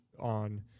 on